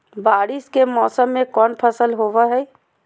बारिस के मौसम में कौन फसल होबो हाय?